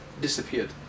disappeared